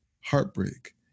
heartbreak